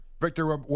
Victor